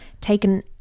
taken